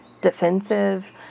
defensive